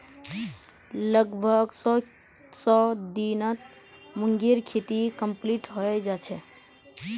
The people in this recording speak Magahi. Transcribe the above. लगभग सौ दिनत मूंगेर खेती कंप्लीट हैं जाछेक